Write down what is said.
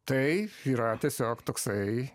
tai yra tiesiog toksai